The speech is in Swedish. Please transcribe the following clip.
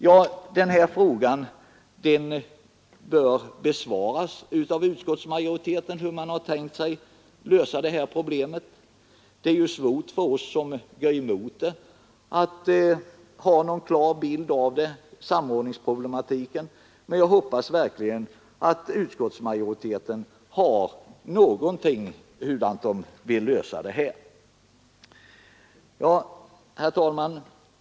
Utskottsmajoriteten bör tala om hur man tänkt sig lösa problemet. Det är ju svårt för oss som går emot förslaget att ha någon klar bild av samordningsproblematiken, men jag hoppas verkligen att majoriteten vet någonting om hur man skall lösa det hela. Herr talman!